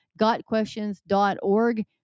gotquestions.org